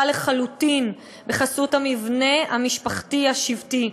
לחלוטין בחסות המבנה המשפחתי השבטי.